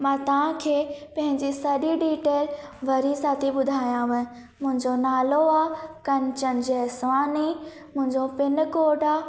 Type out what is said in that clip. मां तव्हांखे पंहिंजी सॼी डिटेल वरी सां थी ॿुधायांव मुंहिंजो नालो आहे कंचन जैसवानी मुंहिंजो पिनकोड आहे